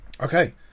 Okay